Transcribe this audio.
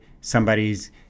Somebody's